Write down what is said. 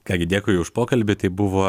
ką gi dėkui už pokalbį tai buvo